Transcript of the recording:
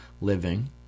living